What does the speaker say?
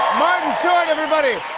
short, everybody.